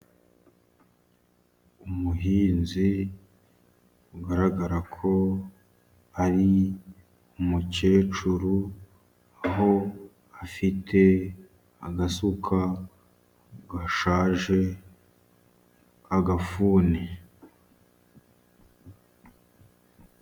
Umuhinzi ugaragara ko ari umukecuru, aho afite agasuka gashaje k 'agafuni.